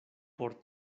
por